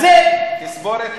תספורת.